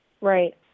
Right